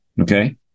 Okay